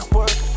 work